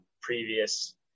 previous